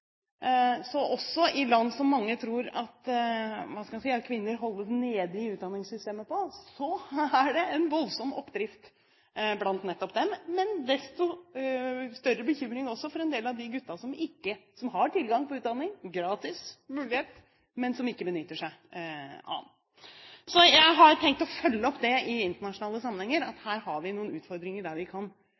Så også i land der mange tror – hva skal jeg si – at kvinner holdes nede i utdanningssystemet, er det en voldsom oppdrift blant nettopp dem. Men desto større er bekymringen for en del av guttene – som har tilgang på utdanning, gratis mulighet, men som ikke benytter seg av den. Jeg har i internasjonale sammenhenger tenkt å følge opp at vi her har noen utfordringer der vi burde være på leit etter noen felles svar. Så tror jeg at interpellanten kan